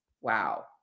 Wow